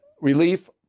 relief